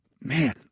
man